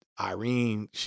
Irene